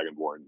dragonborn